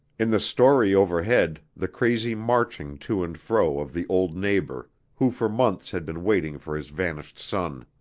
in the story overhead the crazy marching to and fro of the old neighbor who for months had been waiting for his vanished son.